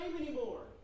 anymore